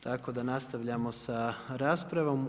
Tako da nastavljamo sa raspravom.